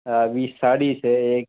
હા વીસ સાડી છે એક